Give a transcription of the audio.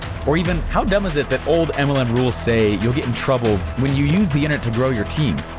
or even, how dumb is it that old and mlm and rules say you'll get in trouble when you use the internet to grow your team?